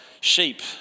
sheep